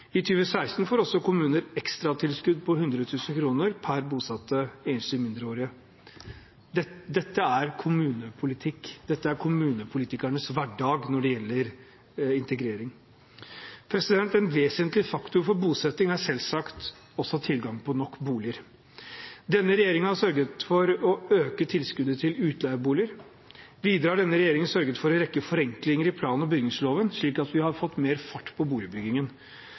I 2016 får kommunene også et ekstratilskudd på 100 000 kr per bosatt enslig mindreårig. Dette er kommunepolitikk, dette er kommunepolitikernes hverdag når det gjelder integrering. En vesentlig faktor for bosetting er selvsagt også tilgang på nok boliger. Denne regjeringen har sørget for å øke tilskuddet til utleieboliger. Videre har denne regjeringen sørget for en rekke forenklinger i plan- og bygningsloven, slik at vi har fått mer fart på boligbyggingen.